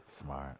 Smart